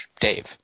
Dave